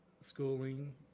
schooling